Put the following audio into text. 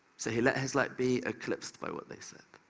so he let his light be eclipsed by what they said,